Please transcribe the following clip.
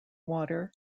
water